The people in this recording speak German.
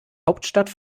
hauptstadt